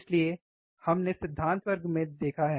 इसलिए हमने सिद्धांत वर्ग में देखा है